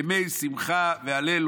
ימי שמחה והלל,